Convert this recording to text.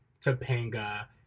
Topanga